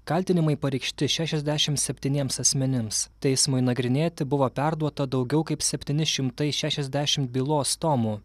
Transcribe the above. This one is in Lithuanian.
kaltinimai pareikšti šešiasdešim septyniems asmenims teismui nagrinėti buvo perduota daugiau kaip septyni šimtai šešiasdešimt bylos tomų